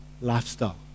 lifestyle